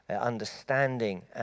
understanding